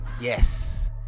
Yes